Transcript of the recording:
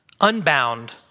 unbound